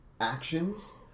actions